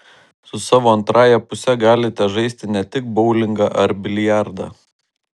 su savo antrąja puse galite žaisti ne tik boulingą ar biliardą